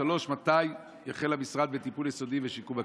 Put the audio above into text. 3. מתי המשרד יחל בטיפול יסודי ושיקום הכבישים?